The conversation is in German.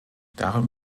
darum